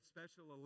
Special